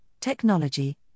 technology